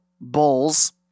Bulls